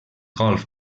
golf